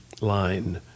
line